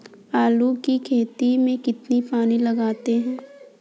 आलू की खेती में कितना पानी लगाते हैं?